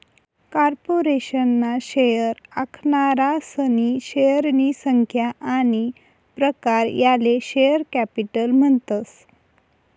corporation ना share आखनारासनी शेअरनी संख्या आनी प्रकार याले शेअर कॅपिटल म्हणतस